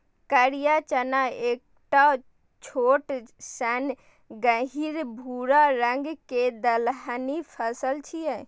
करिया चना एकटा छोट सन गहींर भूरा रंग के दलहनी फसल छियै